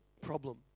problem